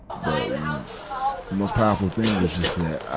but, the most powerful thing was just that, ah,